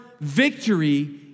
victory